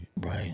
Right